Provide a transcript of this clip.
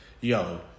Yo